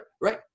right